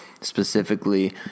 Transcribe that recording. specifically